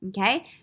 Okay